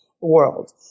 world